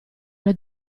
alle